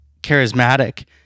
charismatic